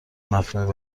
مفهومی